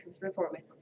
performance